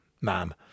ma'am